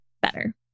better